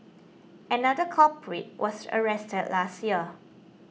another culprit was arrested last year